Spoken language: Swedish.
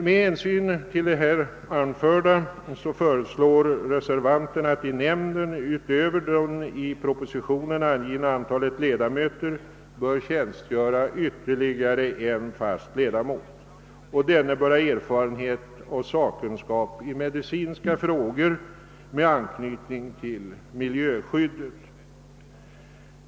Med hänsyn till det här anförda föreslår reservanterna att i nämnden utöver det i propositionen angivna antalet ledamöter skall tjänstgöra ytterligare en fast ledamot. Denne bör ha erfarenhet av och sakkunskap i medicinska frågor med anknytning till miljöskyddet.